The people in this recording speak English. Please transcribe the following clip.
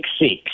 six